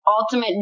ultimate